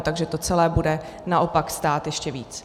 Takže to celé bude naopak stát ještě víc.